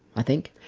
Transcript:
i think.